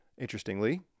interestingly